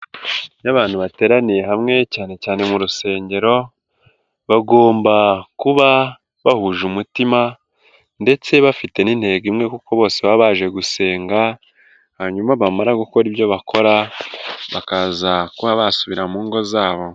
N'abantu bateraniye hamwe cyane cyane mu rusengero bagomba kuba bahuje umutima ndetse bafite n'intego imwe kuko bose baba baje gusenga, hanyuma bamara gukora ibyo bakora bakaza kuba basubira mu ngo zabo.